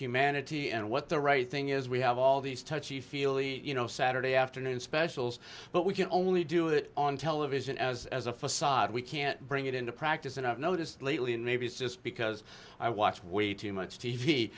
humanity and what the right thing is we have all these touchy feely you know saturday afternoon specials but we can only do it on television as as a facade we can't bring it into practice and i've noticed lately and maybe it's just because i watch way too much t